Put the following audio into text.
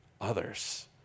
others